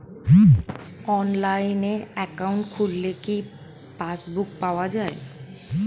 অনলাইনে একাউন্ট খুললে কি পাসবুক পাওয়া যায়?